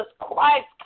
Christ